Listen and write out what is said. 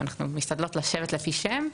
אנחנו משתדלות לשבת לפי שם,